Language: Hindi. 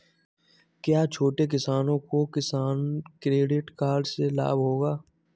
क्या छोटे किसानों को किसान क्रेडिट कार्ड से लाभ होगा?